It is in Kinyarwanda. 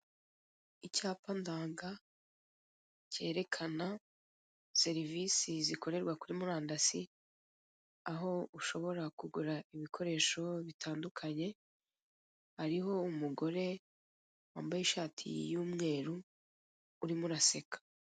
Icyapa ndanga kerekena serivisi zikorerwa kuri murandasi aho ushobora kugura ibikoresho bitandukanye, hariho umugore wambaye ishati y'umweru urimo uraseka.